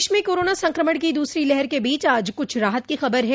देश में कोरोना संक्रमण की दूसरी लहर के बीच आज कुछ राहत की खबर है